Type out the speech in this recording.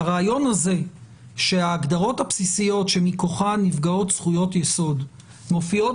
אבל הרעיון הזה שההגדרות הבסיסיות שמכוחן נפגעות זכויות יסוד מופיעות